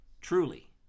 truly